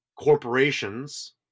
corporations